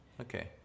Okay